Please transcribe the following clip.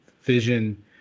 vision